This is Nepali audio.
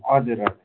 हजुर हजुर